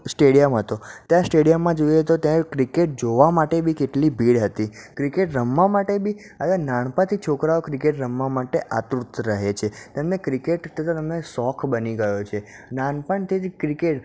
stadium હતો ત્યાં સ્ટેડિયમમાં જોઈએ તો ત્યાં ક્રિકેટ જોવા માટે બી કેટલી ભીડ હતી ક્રિકેટ રમવા માટે બી અરે નાનપણથી છોકરાંઓ ક્રિકેટ રમવા માટે આતુર રહે છે તેમને ક્રિકેટ તો તમે શોખ બની ગયો છે નાનપણથી જ ક્રિકેટ